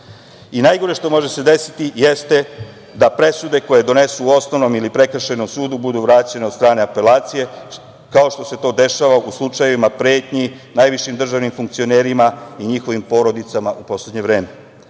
Najgore što se može deseti jeste da presude koje donesu u osnovnom ili prekršajnom sudu budu vraćne od strane apelacije, kao što se to dešava u slučajevima pretnji najvišim državnim funkcionerima i njihovim porodicama u poslednje vreme. Zato